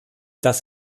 das